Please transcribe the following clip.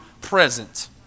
present